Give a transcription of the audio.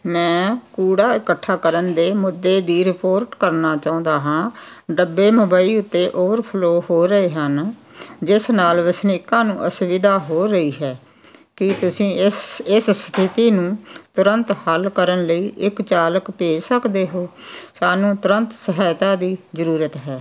ਮੈਂ ਕੂੜਾ ਇਕੱਠਾ ਕਰਨ ਦੇ ਮੁੱਦੇ ਦੀ ਰਿਪੋਰਟ ਕਰਨਾ ਚਾਹੁੰਦਾ ਹਾਂ ਡੱਬੇ ਮੁੰਬਈ ਉੱਤੇ ਓਵਰ ਫਲੋ ਹੋ ਰਹੇ ਹਨ ਜਿਸ ਨਾਲ ਵਸਨੀਕਾਂ ਨੂੰ ਅਸੁਵਿਧਾ ਹੋ ਰਹੀ ਹੈ ਕੀ ਤੁਸੀਂ ਇਸ ਇਸ ਸਥਿਤੀ ਨੂੰ ਤੁਰੰਤ ਹੱਲ ਕਰਨ ਲਈ ਇੱਕ ਚਾਲਕ ਭੇਜ ਸਕਦੇ ਹੋ ਸਾਨੂੰ ਤੁਰੰਤ ਸਹਾਇਤਾ ਦੀ ਜ਼ਰੂਰਤ ਹੈ